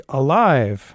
alive